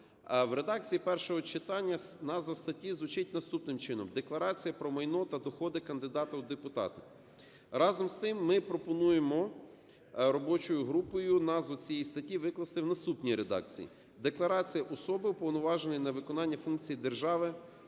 в редакції першого читання назва статті звучить наступним чином: "Декларація про майно та доходи кандидата у депутати". Разом з тим, ми пропонуємо робочою групою назву цієї статті викласти в наступнійредакції: "Декларація особи, уповноваженої на виконання функції держави